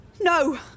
No